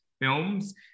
films